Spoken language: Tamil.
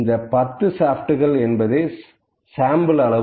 இந்த 10 ஷாப்ட்கள் என்பது சாம்பிள் அளவு